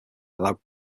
allow